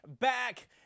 back